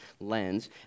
lens